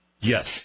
Yes